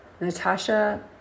Natasha